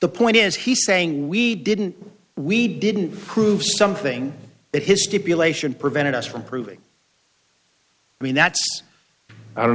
the point is he's saying we didn't we didn't prove something that his stipulation prevented us from proving i mean that i don't